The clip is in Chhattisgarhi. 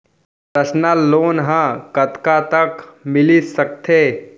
पर्सनल लोन ह कतका तक मिलिस सकथे?